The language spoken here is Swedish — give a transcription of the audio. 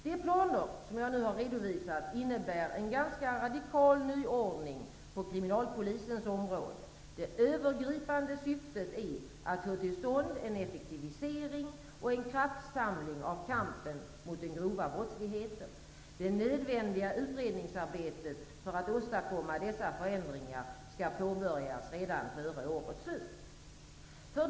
De planer som jag nu har redovisat innebär en ganska radikal nyordning på kriminalpolisens område. Det övergripande syftet är att få till stånd en effektivisering och en kraftsamling av kampen mot den grova brottsligheten. Det nödvändiga utredningsarbetet för att åstadkomma dessa förändringar skall påbörjas redan före årets slut.